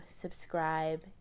subscribe